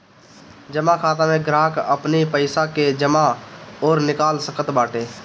जमा खाता में ग्राहक अपनी पईसा के जमा अउरी निकाल सकत बाटे